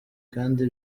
kandi